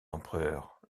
empereurs